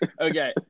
Okay